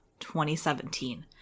2017